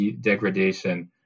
degradation